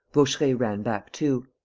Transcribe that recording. vaucheray ran back too.